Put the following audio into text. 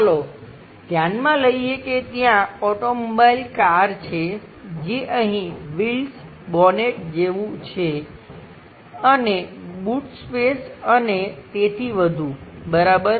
ચાલો ધ્યાનમાં લઈએ કે ત્યાં ઓટોમોબાઈલ કાર છે જે અહીં વ્હીલ્સ બોનેટ જેવું છે અને બૂટ સ્પેસ અને તેથી વધુ બરાબર